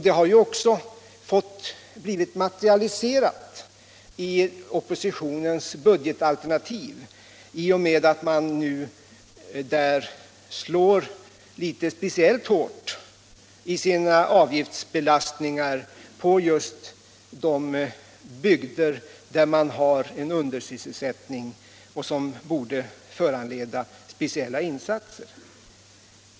Det har också blivit materialiserat i oppositionens budgetalternativ i och med att man där slår litet speciellt hårt i sina avgiftsbelastningar på just bygder med undersysselsättning vilka borde få del av speciella insatser.